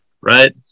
right